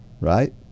right